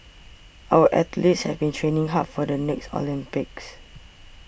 our athletes have been training hard for the next Olympics